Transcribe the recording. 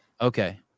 Okay